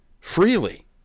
freely